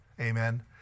Amen